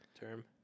term